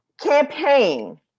campaign